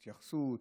התייחסות,